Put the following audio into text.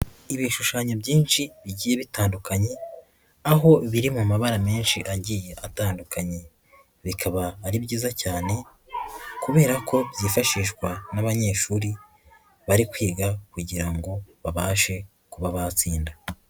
Ibishushanyo byinshi bigiye bitandukanye, aho biri mu mabara menshi agiye atandukanye, bikaba ari byiza cyane kubera ko byifashishwa n'abanyeshuri bari kwiga kugira ngo babashe kuba batsinda.